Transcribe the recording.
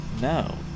No